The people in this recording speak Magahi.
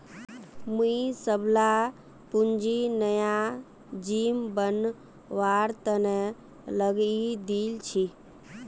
मुई सबला पूंजी नया जिम बनवार तने लगइ दील छि